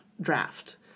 draft